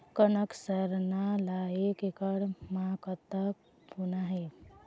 कनक सरना ला एक एकड़ म कतक बोना हे?